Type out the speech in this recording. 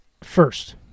first